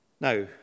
Now